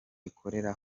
ikorera